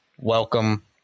welcome